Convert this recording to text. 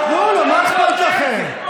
תנו לו, מה אכפת לכם?